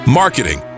marketing